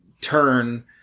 turn